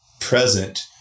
present